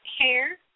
hair